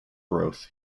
growth